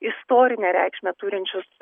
istorinę reikšmę turinčius